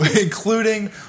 including